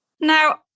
Now